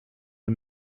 are